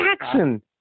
Jackson